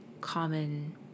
common